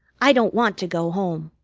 i don't want to go home.